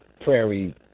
prairie